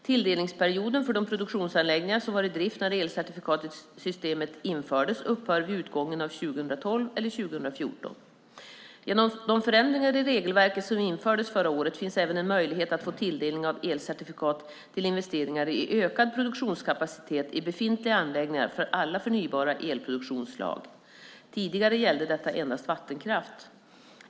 Tilldelningsperioden för de produktionsanläggningar som var i drift när elcertifikatssystemet infördes upphör vid utgången av 2012 eller 2014. Genom de förändringar i regelverket som infördes förra året finns även en möjlighet att få tilldelning av elcertifikat till investeringar i ökad produktionskapacitet i befintliga anläggningar för alla förnybara elproduktionsslag. Tidigare gällde detta endast vattenkraft.